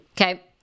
okay